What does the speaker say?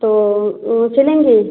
तो सिलेंगी